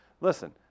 Listen